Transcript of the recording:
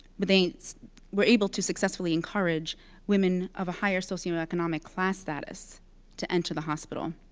but they were able to successfully encourage women of a higher socioeconomic class status to enter the hospital.